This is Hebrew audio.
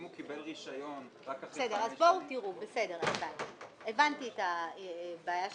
אם הוא קיבל רישיון רק אחרי חמש שנים --- הבנתי את הבעיה שלכם,